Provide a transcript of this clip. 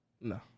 No